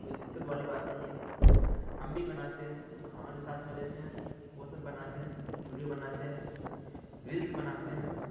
کوئی دقت والی بات نہیں ہے ہم بھی بناتے ہیں اور ہمارے ساتھ میں رہتے ہیں وہ سب بناتے ہیں ویڈیو بناتے ہیں ریلس بناتے ہیں